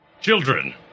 Children